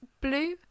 blue